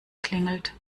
klingelt